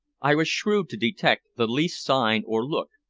i was shrewd to detect the least sign or look,